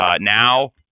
now